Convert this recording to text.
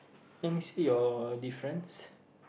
let me see your difference